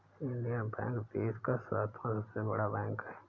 Indian Bank देश का सातवां सबसे बड़ा बैंक है